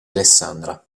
alessandra